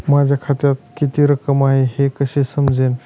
माझ्या खात्यात किती रक्कम आहे हे कसे समजेल?